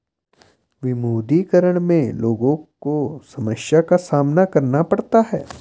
विमुद्रीकरण में लोगो को समस्या का सामना करना पड़ता है